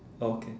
okay